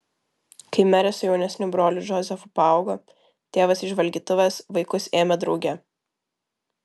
kai merė su jaunesniu broliu džozefu paaugo tėvas į žvalgytuves vaikus ėmė drauge